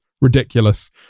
ridiculous